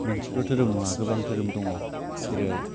मोनसेल' धोरोम नङा गोबां धोरोम दङ जेरै